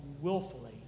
willfully